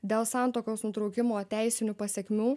dėl santuokos nutraukimo teisinių pasekmių